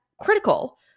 critical